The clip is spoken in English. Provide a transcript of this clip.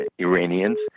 Iranians